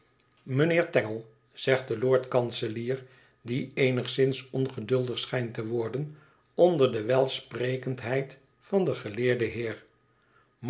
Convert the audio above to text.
mijnheer tangle zegt de lord-kanselier die eenigszins ongeduldig schijnt te worden onder de welsprekendheid van den geleerden heer